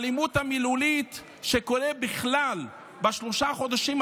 בכלל האלימות המילולית שקורית בשלושת החודשים,